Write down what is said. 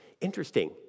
Interesting